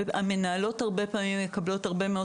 המנהלות הרבה פעמים מקבלות הרבה מאוד